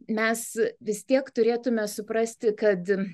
mes vis tiek turėtumėme suprasti kad